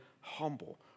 humble